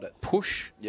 push